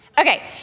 Okay